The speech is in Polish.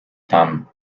tam